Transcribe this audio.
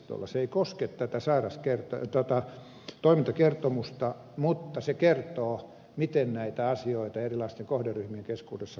se ei koske tätä toimintakertomusta mutta se kertoo miten näitä asioita erilaisten kohderyhmien keskuudessa hoidetaan